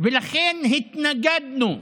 לכן התנגדנו.